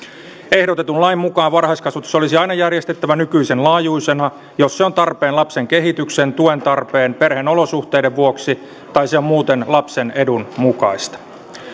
ehdotetun lain mukaan varhaiskasvatus olisi aina järjestettävä nykyisen laajuisena jos se on tarpeen lapsen kehityksen tuen tarpeen tai perheen olosuhteiden vuoksi tai se on muuten lapsen edun mukaista